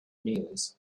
news